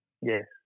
Yes